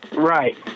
Right